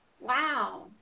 wow